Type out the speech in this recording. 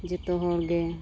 ᱡᱚᱛᱚ ᱦᱚᱲ ᱜᱮ